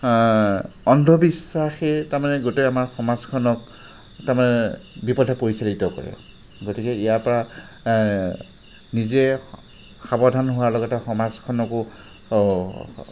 অন্ধবিশ্বাসেই তাৰমানে গোটেই আমাৰ সমাজখনক তাৰমানে বিপথে পৰিচালিত কৰে গতিকে ইয়াৰ পৰা নিজে সাৱধান হোৱাৰ লগতে সমাজখনকো